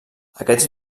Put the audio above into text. aquests